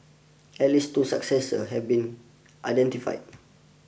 at least two successors have been identified